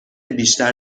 بیشتر